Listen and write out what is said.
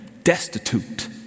destitute